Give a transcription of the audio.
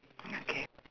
ya okay